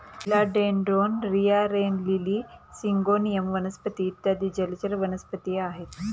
फिला dendron, रिया, rain lily, syngonium वनस्पती इत्यादी जलचर वनस्पतीही आहेत